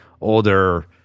older